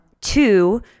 two